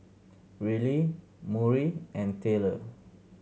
Riley Murry and Taylor